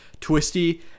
Twisty